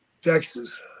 Texas